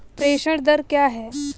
प्रेषण दर क्या है?